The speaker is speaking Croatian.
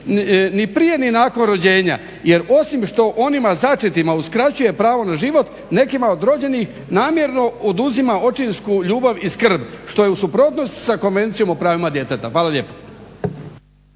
ni prije ni nakon rođenja jer osim što onima začetima uskraćuje pravo na život nekima od rođenih namjerno oduzima očinsku ljubav i skrb što je u suprotnosti sa Konvencijom o pravima djeteta. Hvala lijepa.